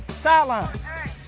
Sideline